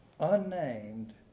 unnamed